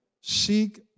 seek